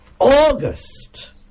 August